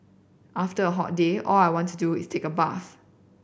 after a hot day all I want to do is take a bath